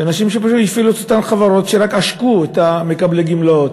שאנשים שפשוט הפעילו את אותן חברות שרק עשקו את מקבלי הגמלאות,